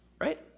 right